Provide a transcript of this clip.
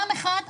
ראשית,